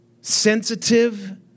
sensitive